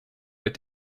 but